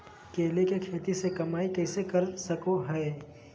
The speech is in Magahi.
केले के खेती से कमाई कैसे कर सकय हयय?